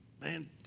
man